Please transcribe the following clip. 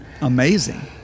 amazing